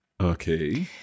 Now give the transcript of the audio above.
Okay